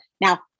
Now